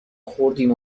ﮔﺮﮔﺎﻥ